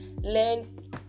learn